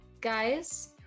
guys